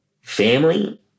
family